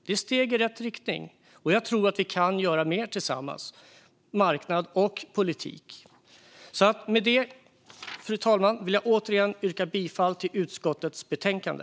Det är steg i rätt riktning. Jag tror att vi kan göra mer tillsammans - marknad och politik. Fru talman! Jag yrkar återigen bifall till förslaget i utskottets betänkande.